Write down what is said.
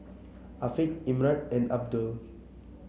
Afiq Imran and Abdul